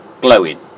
Glowing